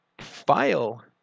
file